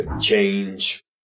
change